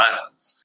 Islands